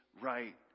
right